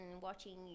watching